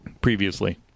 previously